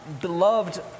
beloved